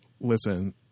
listen